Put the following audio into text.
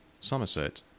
Somerset